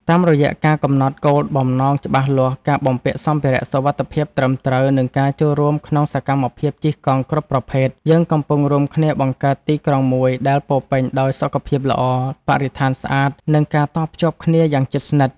តាមរយៈការកំណត់គោលបំណងច្បាស់លាស់ ការបំពាក់សម្ភារៈសុវត្ថិភាពត្រឹមត្រូវ និងការចូលរួមក្នុងសកម្មភាពជិះកង់គ្រប់ប្រភេទ យើងកំពុងរួមគ្នាបង្កើតទីក្រុងមួយដែលពោរពេញដោយ សុខភាពល្អ បរិស្ថានស្អាត និងការតភ្ជាប់គ្នាយ៉ាងជិតស្និទ្ធ។